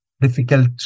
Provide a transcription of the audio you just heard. difficult